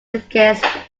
against